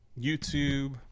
YouTube